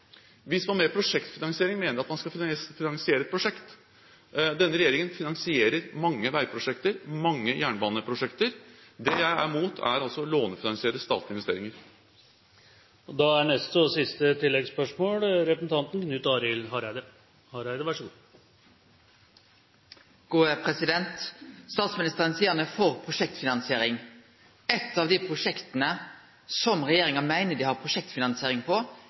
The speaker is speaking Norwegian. med i prosjektfinansiering, mener at man skal finansiere et prosjekt. Denne regjeringen finansierer mange veiprosjekter, mange jernbaneprosjekter. Det jeg er imot, er altså å lånefinansiere statlige investeringer. Knut Arild Hareide – til siste oppfølgingsspørsmål. Statsministeren seier at han er for prosjektfinansiering. Eitt av dei prosjekta som regjeringa meiner dei har prosjektfinansiering på,